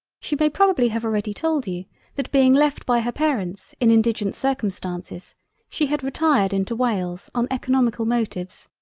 she may probably have already told you that being left by her parents in indigent circumstances she had retired into wales on eoconomical motives.